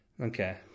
Okay